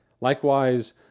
Likewise